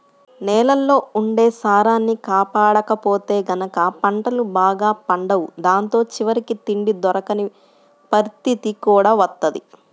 నేలల్లో ఉండే సారాన్ని కాపాడకపోతే గనక పంటలు బాగా పండవు దాంతో చివరికి తిండి దొరకని పరిత్తితి కూడా వత్తది